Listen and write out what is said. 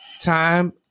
time